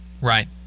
Right